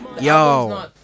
Yo